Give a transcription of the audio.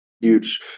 huge